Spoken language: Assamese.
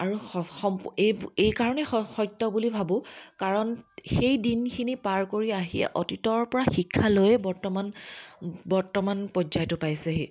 আৰু সচ সম এই এই কাৰণেই সত্য বুলি ভাবোঁ কাৰণ সেই দিনখিনি পাৰ কৰি আহি অতীতৰ পৰা শিক্ষা লৈয়ে বৰ্তমান বৰ্তমান পৰ্যায়টো পাইছেহি